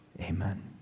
Amen